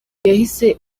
yahise